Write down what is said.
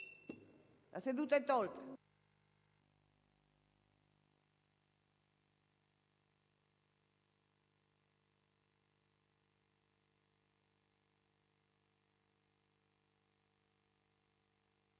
La seduta è tolta